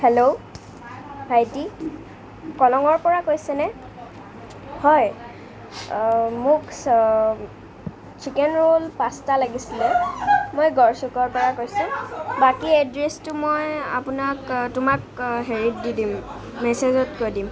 hello ভাইটি কলংৰপৰা কৈছে নে হয় মোক চিকেন ৰোল পাঁচটা লাগিছিলে মই গড়চোকৰপৰা কৈছোঁ বাকী এড্ৰেচটো মই আপোনাক তোমাক হেৰিত দি দিম মেছেজত কৈ দিম